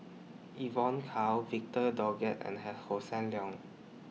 Evon Kow Victor Doggett and Hi Hossan Leong